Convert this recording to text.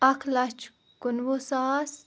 اَکھ لَچھ کُنوُہ ساس